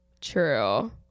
True